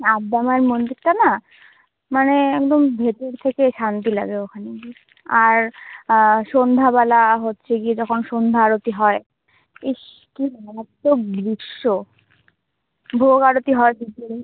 আদ্যা মায়ের মন্দিরটা না মানে একদম ভেতর থেকে শান্তি লাগে ওখানে গিয়ে আর সন্ধ্যাবেলা হচ্চে গিয়ে যখন সন্ধ্যা আরতি হয় ইস কি মারাত্মক দৃশ্য ভোগ আরতি হয় ভিতরে